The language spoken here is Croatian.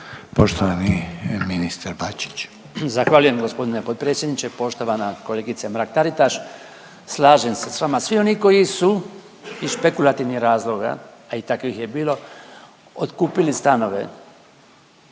Poštovani ministar Bačić.